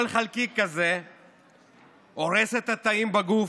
כל חלקיק כזה הורס את התאים בגוף,